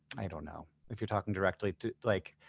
i don't know, if you're talking directly to, like,